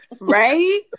Right